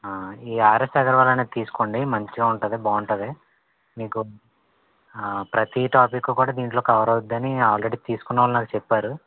ఈ ఆర్ఎస్ అగర్వాలనేది తీసుకోండి మంచిగా ఉంటుంది బాగుంటుంది మీకు ప్రతీ టాపిక్కు కూడా దీంట్లో కవర్ అవుతుందని ఆల్రడీ తీసుకున్నావాళ్ళు నాకు చెప్పారు